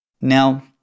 Now